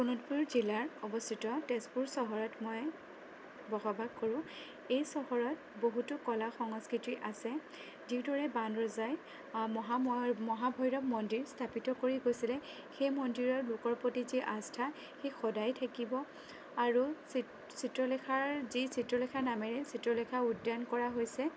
শোণিতপুৰ জিলাত অৱস্থিত তেজপুৰ চহৰত মই বসবাস কৰোঁ এই চহৰত বহুতো কলা সংস্কৃতি আছে যিদৰে বাণৰজাই মহা মহাভৈৰৱ মন্দিৰ স্থাপিত কৰি গৈছিলে সেই মন্দিৰৰৰ লোকৰ প্ৰতি যি আস্থা সি সদায় থাকিব আৰু চি চিত্ৰলেখৰ যি চিত্ৰলেখাৰ নামেৰে যি চিত্ৰলেখা উদ্যান কৰা হৈছে